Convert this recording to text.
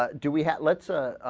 ah do we have let's ah.